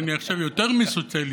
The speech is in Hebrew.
אני עכשיו יותר מסוציאליסט,